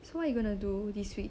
so what you gonna do this week